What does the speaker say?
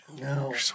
No